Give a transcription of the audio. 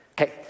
Okay